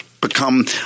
become